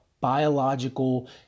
biological